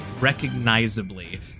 recognizably